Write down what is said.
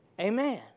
Amen